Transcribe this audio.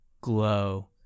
glow